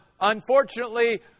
unfortunately